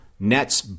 Nets